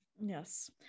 Yes